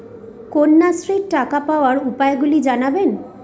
কন্যাশ্রীর টাকা পাওয়ার উপায়গুলি জানাবেন?